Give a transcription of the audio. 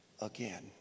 again